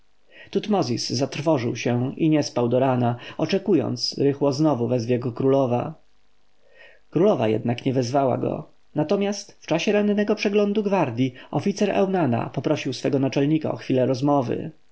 tutmozis zatrwożył się i nie spał do rana oczekując rychło znowu wezwie go królowa królowa jednak nie wezwała go natomiast w czasie rannego przeglądu gwardji oficer eunana poprosił swego naczelnika o chwilę rozmowy